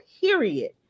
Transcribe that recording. period